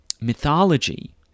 mythology